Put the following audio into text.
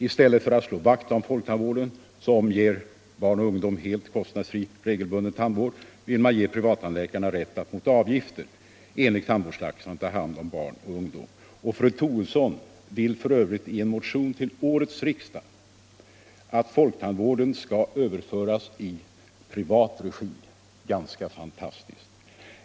I stället för att slå vakt om folktandvården, som ger barn och ungdom helt kostnadsfri regelbunden tandvård, vill man ge privattandläkarna rätt att mot avgifter enligt tandvårdstaxan ta hand om barn och ungdom. Fru Troedsson vill för övrigt i en motion till årets riksdag att folktandvården skall överföras i privat regi, vilket är ganska fantastiskt.